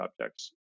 objects